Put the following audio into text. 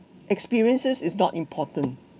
experiences is not important